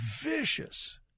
vicious